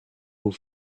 aux